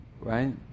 right